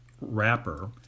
wrapper